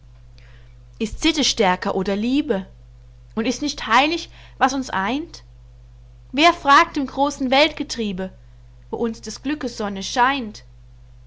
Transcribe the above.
ist sitte stärker oder liebe und ist nicht heilig was uns eint wer fragt im großen weltgetriebe wo uns des glückes sonne scheint